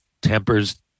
tempers